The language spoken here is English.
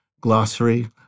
glossary